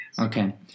Okay